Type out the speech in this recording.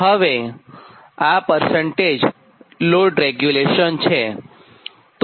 હવેઆ percentage load regulation છે